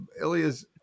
Ilya's